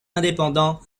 indépendant